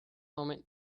moment